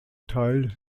teil